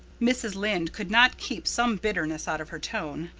mrs. lynde could not keep some bitterness out of her tone.